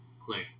Click